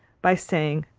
by saying,